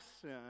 sin